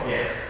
Yes